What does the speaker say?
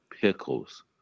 pickles